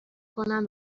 کنند